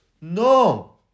No